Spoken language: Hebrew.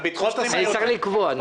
נצטרך לקבוע.